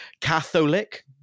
catholic